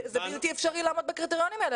בלתי אפשרי לעמוד בקריטריונים האלה,